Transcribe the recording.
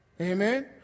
amen